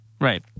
Right